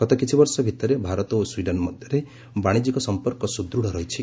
ଗତ କିଛି ବର୍ଷ ଭିତରେ ଭାରତ ଓ ସ୍ୱିଡେନ୍ ମଧ୍ୟରେ ବାଶିଜ୍ୟିକ ସମ୍ପର୍କ ସୁଦୂତ୍ ରହିଛି